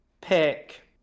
pick